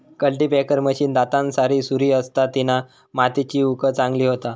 cultipacker machine दातांसारी सुरी असता तिना मातीची उकळ चांगली होता